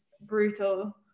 brutal